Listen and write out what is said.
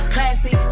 Classy